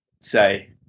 say